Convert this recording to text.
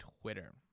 Twitter